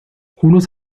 unos